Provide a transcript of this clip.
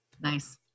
nice